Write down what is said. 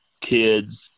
kids